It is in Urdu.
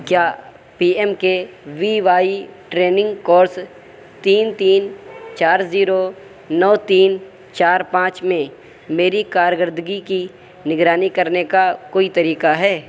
کیا P M K V Y training course تین تین چار زیرو نو تین چار پانچ میں میری کارکردگی کی نگرانی کرنے کا کوئی طریقہ ہے